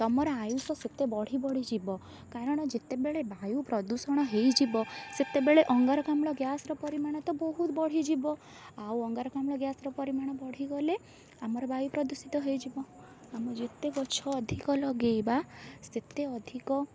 ତୁମର ଆୟୁଷ ସେତେ ବଢ଼ି ବଢ଼ି ଯିବ କାରଣ ଯେତେବେଳେ ବାୟୁ ପ୍ରଦୂଷଣ ହେଇଯିବ ସେତେବେଳେ ଅଙ୍ଗାରକାମ୍ଲ ଗ୍ୟାସର ପରିମାଣ ତ ବହୁତ ବଢ଼ିଯିବ ଆଉ ଅଙ୍ଗାରକାମ୍ଲ ଗ୍ୟାସର ପରିମାଣ ବଢ଼ିଗଲେ ଆମର ବାୟୁ ପ୍ରଦୂଷିତ ହେଇଯିବ ଆମ ଯେତେ ଗଛ ଅଧିକା ଲଗାଇବା ସେତେ ଅଧିକ